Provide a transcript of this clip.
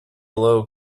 low